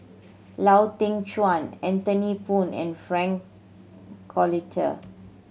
Lau Teng Chuan Anthony Poon and Frank Cloutier